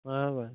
हां बरं